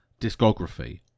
discography